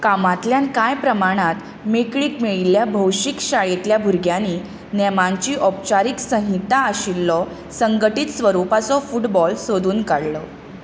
कामांतल्यान कांय प्रमाणांत मेकळीक मेळिल्ल्या भौशीक शाळेंतल्या भुरग्यांनी नेमांची औपचारीक संहिता आशिल्लो संघटीत स्वरुपाचो फुटबॉल सोदून काडलो